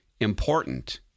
important